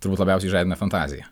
turbūt labiausiai žadina fantaziją